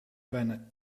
bijna